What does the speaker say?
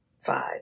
five